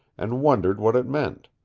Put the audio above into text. and wondered what it meant.